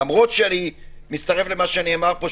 למרות שאני מצטרף למה שנאמר פה,